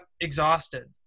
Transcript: exhausted